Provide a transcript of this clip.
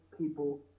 people